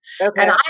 Okay